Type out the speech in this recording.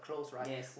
yes